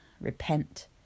Repent